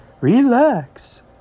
Relax